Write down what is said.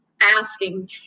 asking